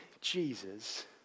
Jesus